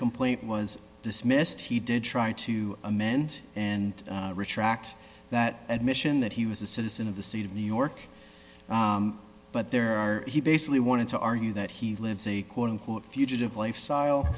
complaint was dismissed he did try to amend and retract that admission that he was a citizen of the state of new york but there are he basically wanted to argue that he lives a quote unquote fugitive lifestyle